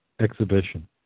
exhibition